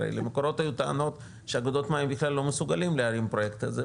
הרי למקורות היו טענות שאגודות המים בכלל לא מסוגלים להרים פרויקט כזה,